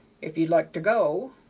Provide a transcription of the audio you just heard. if ye'd like to go.